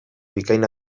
bikain